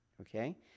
okay